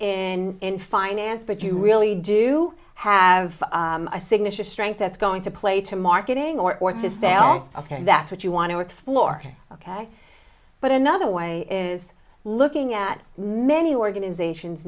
in in finance but you really do have a signature strength that's going to play to marketing or to sell again that's what you want to explore ok but another way is looking at many organizations